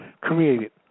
created